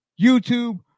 YouTube